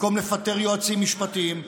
במקום לפטר יועצים משפטיים,